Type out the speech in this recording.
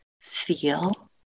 feel